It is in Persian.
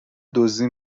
دزدی